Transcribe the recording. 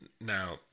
Now